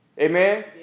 Amen